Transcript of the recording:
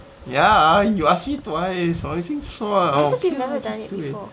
ya you ask me twice 我已经说 liao K lah just do it